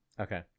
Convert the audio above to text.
Okay